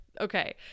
okay